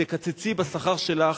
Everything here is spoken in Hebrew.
תקצצי בשכר שלך,